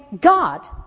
God